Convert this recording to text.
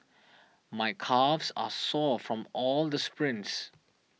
my calves are sore from all the sprints